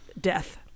death